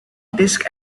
disk